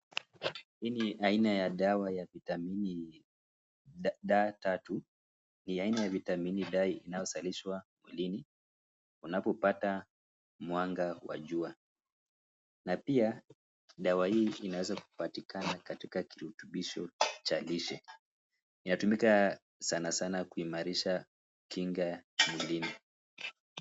Hii ni aina ya dawa ya vitamini D3. Ni aina ya vitamini dawa inayozalishwa mwilini unapopata mwanga wa jua na pia, dawa hii inaweza kupatikana katika kirutubisho cha lishe. Inatumika sanasana kuimarisha kinga mwilini.